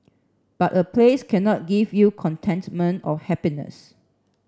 but a place cannot give you contentment or happiness